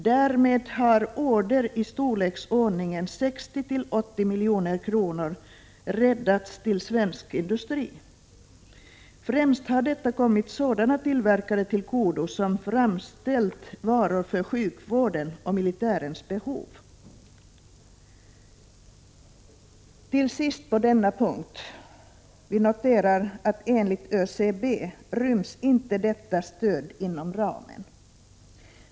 Därmed har order i storleksordningen 60—80 milj.kr. räddats till svensk industri. Främst har detta kommit sådana tillverkare till godo som framställt varor för sjukvårdens och militärens behov. Till sist på denna punkt: Vi noterar att enligt ÖCB ryms inte detta stöd inom ramen.